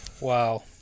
Wow